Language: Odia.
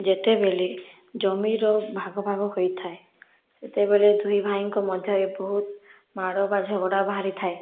ଯେତେବେଳେ ଜମିର ଭାଗ ଭାଗ ହୋଇଥାଏ ସେତେବେଳେ ଦୁଇ ଭାଇଙ୍କ ମଧ୍ୟରେ ବହୁତ ମାଡ଼ ବା ଝଗଡ଼ା ବାହାରିଥାଏ